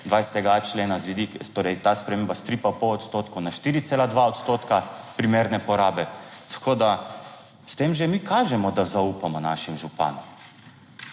20.a člena z vidika, torej ta sprememba stripa pol odstotka na 4,2 odstotka primerne porabe. Tako da, s tem že mi kažemo, da zaupamo našim županom.